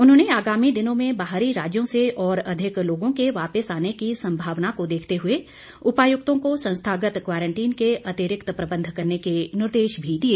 उन्होंने आगामी दिनों में बाहरी राज्यों से और अधिक लोगों के वापिस आने की संभावना को देखते हुए उपायुक्तों को संस्थागत क्वारंटीन के अतिरिक्त प्रबंध करने के निर्देश भी दिए